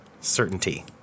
certainty